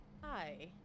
Hi